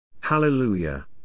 Hallelujah